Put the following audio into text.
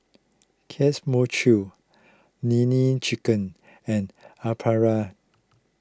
Kanes Mochi Nene Chicken and Aprilia